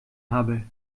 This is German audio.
habe